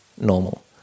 normal